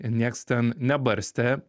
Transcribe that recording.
nieks ten nebarstė